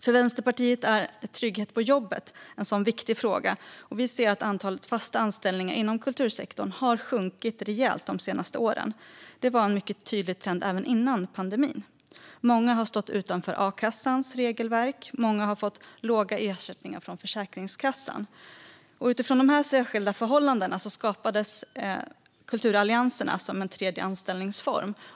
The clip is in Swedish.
För Vänsterpartiet är trygghet på jobbet en sådan viktig fråga. Antalet fasta anställningar inom kultursektorn har sjunkit rejält de senaste åren. Det var en mycket tydlig trend även före pandemin. Många har stått utanför a-kassans regelverk och har fått låga ersättningar från Försäkringskassan. Utifrån dessa särskilda förhållanden skapades kulturallianserna som en tredje anställningsform.